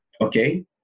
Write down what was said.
Okay